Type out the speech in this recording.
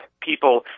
people